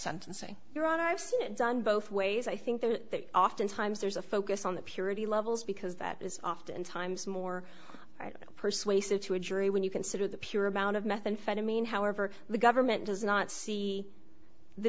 sentencing your honor i've seen it done both ways i think that oftentimes there's a focus on the purity levels because that is oftentimes more right persuasive to a jury when you consider the pure amount of methamphetamine however the government does not see the